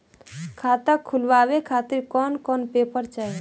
खाता खुलवाए खातिर कौन कौन पेपर चाहीं?